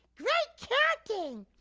great counting.